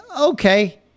okay